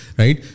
right